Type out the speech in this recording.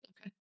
Okay